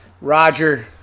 Roger